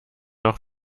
auch